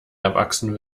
erwachsen